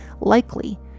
likely